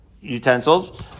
utensils